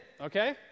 okay